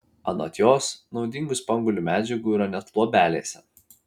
anot jos naudingų spanguolių medžiagų yra net luobelėse